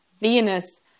Venus